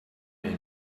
many